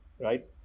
right